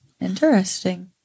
Interesting